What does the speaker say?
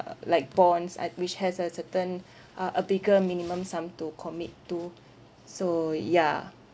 like bonds uh which has a certain uh a bigger minimum sum to commit to so ya